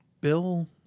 Bill